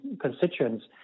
constituents